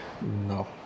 No